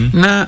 na